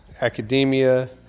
academia